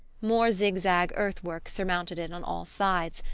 more zig-zag earthworks surmounted it on all sides,